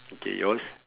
okay yours